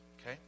okay